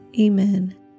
Amen